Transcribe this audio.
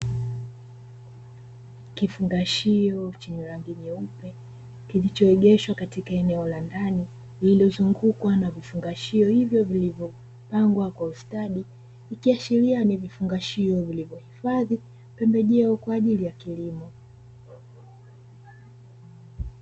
Kifungashio chenye rangi nyeupe, kilicho egeshwa katika eneo la ndani, lililo zungukwa na vifungashio hivyo vilivyo pangwa kwa ustadi, ikiashiria ni vifungashio vilivyo hifadhi pembejeo kwa ajili ya kilimo.